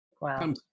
wow